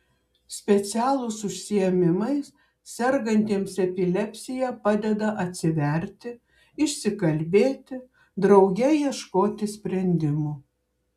specialūs užsiėmimai sergantiems epilepsija padeda atsiverti išsikalbėti drauge ieškoti sprendimų